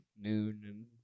noon